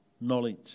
knowledge